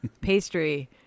pastry